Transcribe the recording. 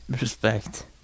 Respect